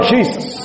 Jesus